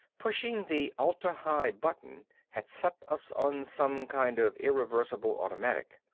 pushing the atla-hi button had set us on some kind of irreversible automatic.